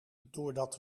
doordat